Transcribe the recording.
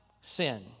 sin